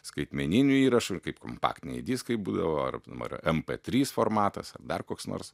skaitmeninių įrašų ir kaip kompaktiniai diskai būdavo ar ar mp trys formatas dar koks nors